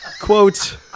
Quote